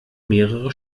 mehrere